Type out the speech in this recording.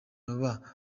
baba